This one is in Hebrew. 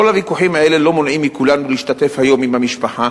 כל הוויכוחים האלה לא מונעים מכולנו להשתתף היום עם המשפחה,